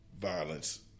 Violence